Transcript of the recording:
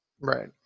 Right